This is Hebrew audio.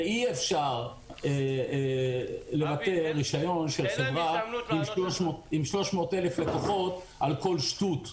ואי אפשר לעקל רישיון של חברה עם 300,000 לקוחות על כל שטות.